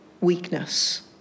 weakness